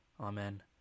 Amen